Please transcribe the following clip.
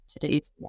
today's